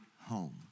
home